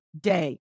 day